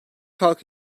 halkı